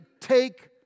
take